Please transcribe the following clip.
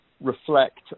reflect